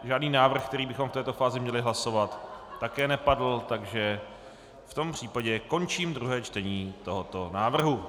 Žádný návrh, který bychom v této fázi měli hlasovat, také nepadl, takže v tom případě končím druhé čtení tohoto návrhu.